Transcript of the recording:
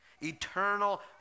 eternal